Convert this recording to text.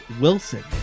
Wilson